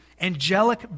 angelic